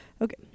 Okay